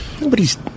Nobody's